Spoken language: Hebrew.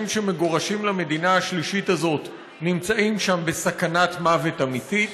שמגורשים למדינה השלישית הזאת נמצאים שם בסכנת מוות אמיתית?